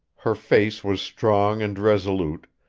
her face was strong and resolute,